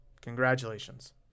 Congratulations